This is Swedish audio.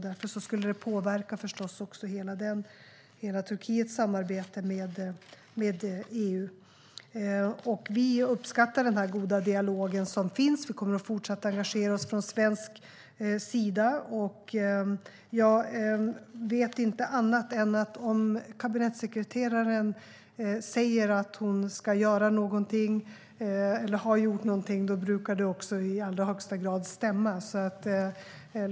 Därför skulle detta förstås också påverka Turkiets hela samarbete med EU. Vi uppskattar den goda dialog som finns. Vi kommer att fortsätta att engagera oss från svensk sida. Jag vet inte annat än att om kabinettssekreteraren säger att hon ska göra någonting eller har gjort någonting brukar det också i allra högsta grad stämma.